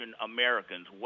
Americans